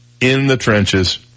in-the-trenches